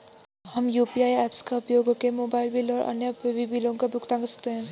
हम UPI apps का उपयोग करके मोबाइल बिल और अन्य उपयोगी बिलों का भुगतान कर सकते हैं